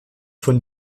von